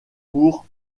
pour